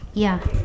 ya